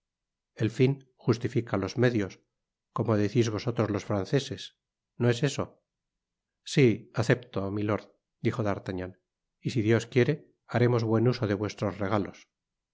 el fin justifica los medios como decís vosotros los franceses no es eso si acepto milord dijo d'artagnan y si dios quiere haremos buen uso de vuestros regalos